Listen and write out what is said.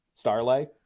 Starlay